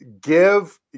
give